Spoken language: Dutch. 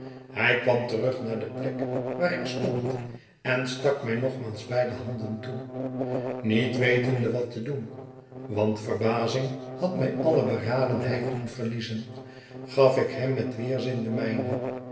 hij kwam terug naar de plek waar ik stond en stak mij nogmaals beide handen toe niet wetende wat te doen want verbazing had mij alle beradenheid doen verliezen gaf ik hem met weerzin de mijne